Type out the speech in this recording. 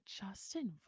Justin